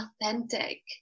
authentic